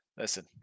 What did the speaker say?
Listen